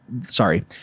sorry